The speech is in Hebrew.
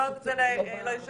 אומרת את זה ליושב-ראש.